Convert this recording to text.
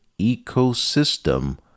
ecosystem